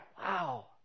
Wow